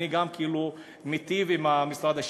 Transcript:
אני מיטיב עם משרד השיכון.